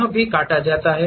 यह भी काटा जाता है